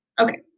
Okay